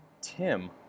Tim